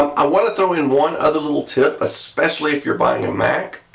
i want to throw in one other little tip, especially if you are buying a mac.